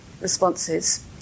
responses